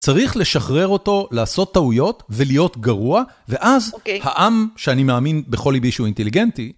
צריך לשחרר אותו לעשות טעויות ולהיות גרוע ואז העם שאני מאמין בכל ליבי שהוא אינטליגנטי